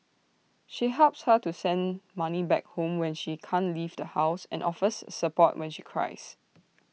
she helps her to send money back home when she can't leave the house and offers support when she cries